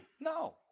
No